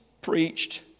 preached